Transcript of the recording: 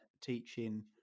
teaching